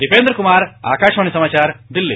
दीपेन्द्र क्मार आकाशवाणी समाचार दिल्ली